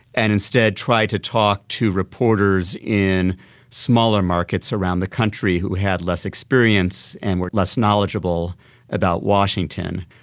and instead try to talk to reporters in smaller markets around the country who had less experience and were less knowledgeable about washington.